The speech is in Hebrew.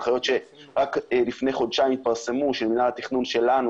הנחיות שרק לפני חודשיים התפרסמו שמינהל התכנון שלנו,